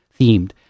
themed